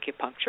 acupuncture